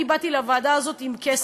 אני באתי לוועדה הזאת עם כסף.